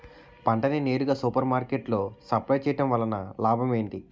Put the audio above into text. పంట ని నేరుగా సూపర్ మార్కెట్ లో సప్లై చేయటం వలన లాభం ఏంటి?